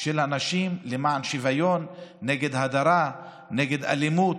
של הנשים למען שוויון, נגד הדרה, נגד אלימות,